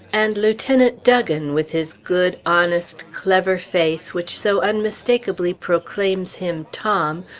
and lieutenant duggan, with his good, honest, clever face which so unmistakably proclaims him tom,